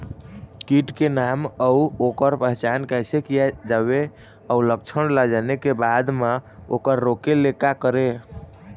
कीट के नाम अउ ओकर पहचान कैसे किया जावे अउ लक्षण ला जाने के बाद मा ओकर रोके ले का करें?